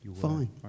Fine